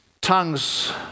tongue's